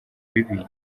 bibi